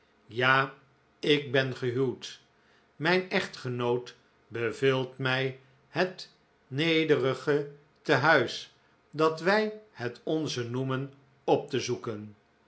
ja ik ben gehuwd mijn echtgenoot beveelt mij het nederige tehuis dat wij het onze noemen op te zoeken